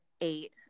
eight